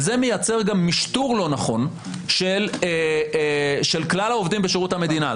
וזה מייצר גם משטור לא נכון של כלל העובדים בשירות המדינה,